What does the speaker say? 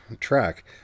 track